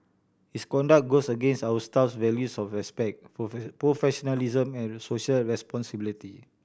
his conduct goes against our staff values of respect professionalism and social responsibility